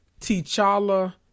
T'Challa